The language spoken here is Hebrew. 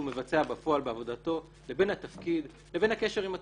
מבצע בפועל בעבודתו לבין התפקיד לבין הקשר עם הציבור.